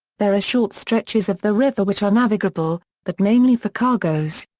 there are short stretches of the river which are navigable but mainly for cargoes.